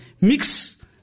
Mix